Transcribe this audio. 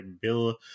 Bill